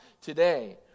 today